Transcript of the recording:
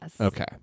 Okay